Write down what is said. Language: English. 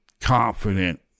confident